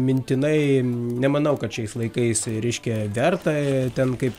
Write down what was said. mintinai nemanau kad šiais laikais reiškia verta ten kaip